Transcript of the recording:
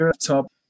top